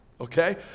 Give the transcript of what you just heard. okay